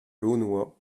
launois